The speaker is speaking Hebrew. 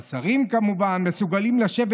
והשרים, כמובן, מסוגלים לשבת